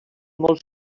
molts